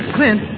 Clint